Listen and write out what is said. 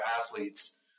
athletes